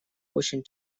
очень